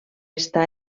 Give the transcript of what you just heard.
està